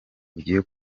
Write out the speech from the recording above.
bugiye